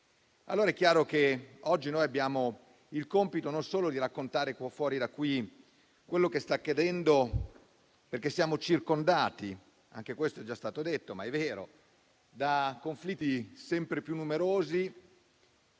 allora che oggi abbiamo il compito di raccontare fuori da qui quello che sta accadendo, perché siamo circondati - anche questo è già stato detto, ma è vero - da conflitti sempre più numerosi,